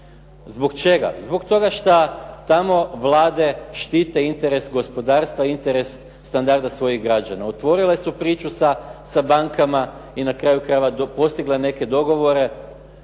Zbog čega? Zbog toga što tamo vlade štite interes gospodarstva, interes standarda svojih građana. Otvorile su priču sa bankama i na kraju krajeva postigle neke dogovore